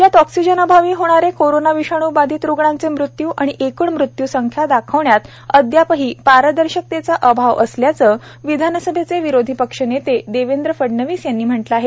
राज्यात ऑक्सिजनअभावी होणारे कोरोना विषाणू बाधित रूग्णांचे मृत्यू आणि एक्ण मृत्यूसंख्या दाखवण्यात अदयापही पारदर्शकतेचा अभाव असल्याचं विधानसभेचे विरोधी पक्षनेते देवेंद्र फडणवीस यांनी म्हटलं आहे